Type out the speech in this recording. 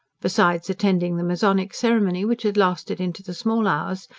besides attending the masonic ceremony, which had lasted into the small hours,